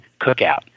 cookout